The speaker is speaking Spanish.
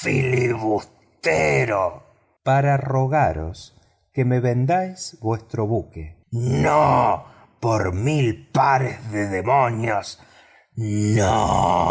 para rogaros que me vendáis vuestro buque no por mil pares de demonios no